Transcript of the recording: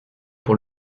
pour